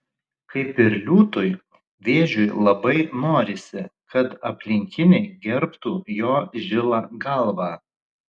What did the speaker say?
kaip ir liūtui vėžiui labai norisi kad aplinkiniai gerbtų jo žilą galvą